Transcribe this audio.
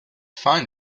find